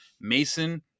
Mason